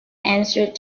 answered